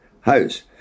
house